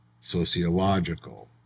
sociological